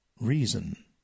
reason